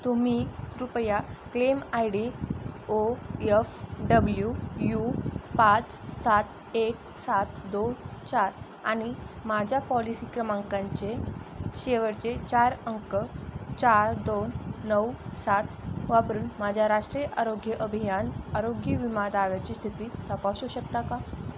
तुम्ही कृपया claim I D O F W U पाच सात एक सात दोन चार आणि माझ्या पॉलिसी क्रमांकांचे शेवटचे चार अंक चार दोन नऊ सात वापरून माझ्या राष्ट्रीय आरोग्य अभियान आरोग्यविमा दाव्याची स्थिती तपासू शकता का